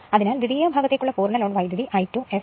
അതിനാൽ ദ്വിതീയ ഭാഗത്തുള്ള പൂർണ്ണ ലോഡ് വൈദ്യുതി ആണ് I2 fl